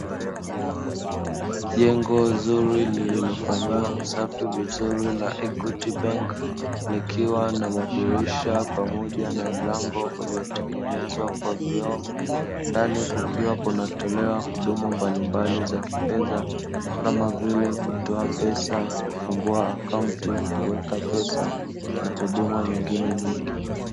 Jengo zuri lililofanyiwa usafi vizuri la "EQUITY BANK", likiwa na madirisha pamoja na mlango uliotengenezwa kwa vioo, ndani kukiwa kunatolewa huduma mbalimbali za kifedha, kama vile: kutoa pesa, kufungua akaunti, kuweka pesa na huduma nyingine nyingi.